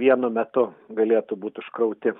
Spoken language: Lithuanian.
vienu metu galėtų būt užkrauti